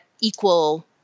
equal